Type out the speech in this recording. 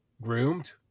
groomed